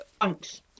Thanks